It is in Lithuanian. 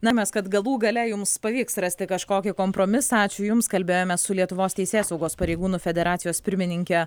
na mes kad galų gale jums pavyks rasti kažkokį kompromisą ačiū jums kalbėjome su lietuvos teisėsaugos pareigūnų federacijos pirmininke